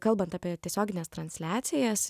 kalbant apie tiesiogines transliacijas